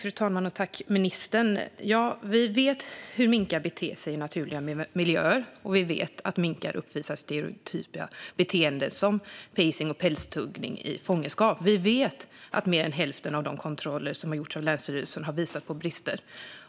Fru talman! Vi vet hur minkar beter sig i naturliga miljöer, och vi vet att minkar uppvisar stereotypa beteenden som pacing och pälstuggning i fångenskap. Vi vet att mer än hälften av de kontroller som gjorts av länsstyrelserna har visat på brister.